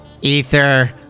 Ether